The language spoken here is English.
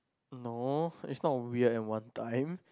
no it's not weird and one time